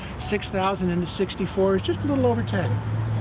six thousand into sixty four, it's just a little over ten.